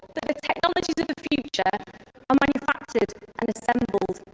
that the technologies of the future are manufactured and assembled